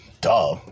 Duh